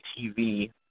TV